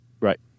Right